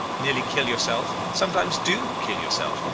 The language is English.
nearly kill yourself, sometimes do kill yourself,